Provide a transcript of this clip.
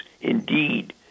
indeed